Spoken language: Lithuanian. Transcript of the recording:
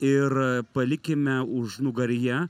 ir palikime užnugaryje